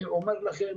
אני אומר לכם,